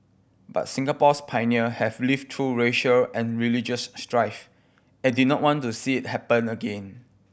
but Singapore's pioneer have lived through racial and religious strife and did not want to see it happen again